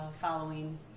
following